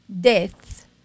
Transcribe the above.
death